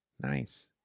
Nice